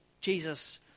Jesus